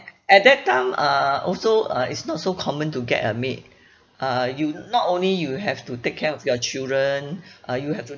at that time uh also uh it's not so common to get a maid uh you not only you have to take care of your children uh you have to